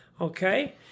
Okay